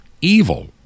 evil